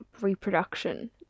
reproduction